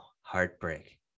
heartbreak